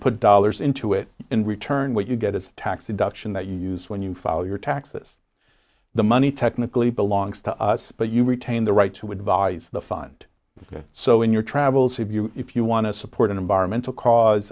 put dollars into it in return what you get is a tax deduction that you use when you file your taxes the money technically belongs to us but you retain the right to advise the fund so in your travels if you if you want to support an environmental cause